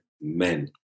men